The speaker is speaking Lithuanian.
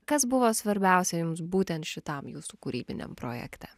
kas buvo svarbiausia jums būtent šitam jūsų kūrybiniam projekte